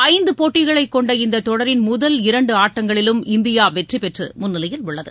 ஐந்து போட்டிகளை கொண்ட இந்த தொடரின் முதல் இரண்டு ஆட்டங்களிலும் இந்தியா வெற்றி பெற்று முன்னிலையில் உள்ளது